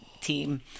team